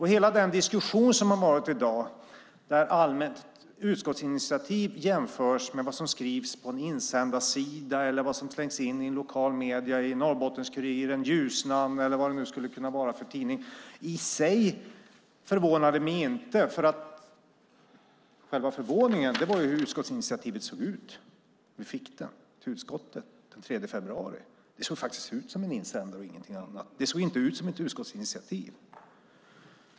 Hela diskussionen som har varit i dag, där utskottsinitiativ jämförs med vad som skrivs på en insändarsida och vad som slängs in i lokala medier som Norrbottens-Kuriren, Ljusnan eller vad det nu skulle kunna vara för tidning, förvånar mig inte. Själva förvåningen var hur utskottsinitiativet såg ut när vi fick det till utskottet den 3 februari. Det såg faktiskt ut som en insändare och ingenting annat. Det såg inte ut som ett utskottsinitiativ.